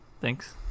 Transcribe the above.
Thanks